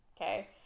Okay